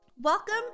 welcome